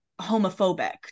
homophobic